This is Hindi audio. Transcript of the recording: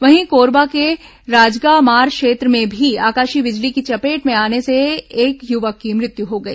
वहीं कोरबा के रजगामार क्षेत्र में भी आकाशीय बिजली की चपेट में आने से आज एक युवक की मृत्यु हो गई